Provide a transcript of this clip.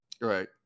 Right